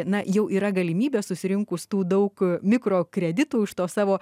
na jau yra galimybė susirinkus tų daug mikrokreditų iš tos savo